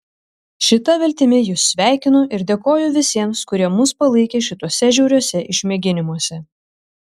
šita viltimi jus sveikinu ir dėkoju visiems kurie mus palaikė šituose žiauriuose išmėginimuose